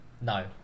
No